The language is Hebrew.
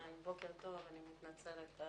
בוקר טוב, אני מתנצלת על